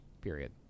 period